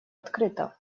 открыто